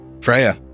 Freya